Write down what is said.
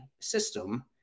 system